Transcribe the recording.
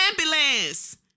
ambulance